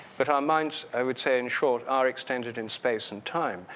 but our minds, i would say, ensure are extended in space and time.